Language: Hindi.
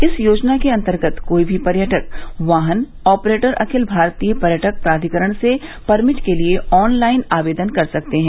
इस योजना के अन्तर्गत कोई भी पर्यटक वाहन ऑपरेटर अखिल भारतीय पर्यटक प्राधिकरण से परमिट के लिए ऑनलाइन आवेदन कर सकते हैं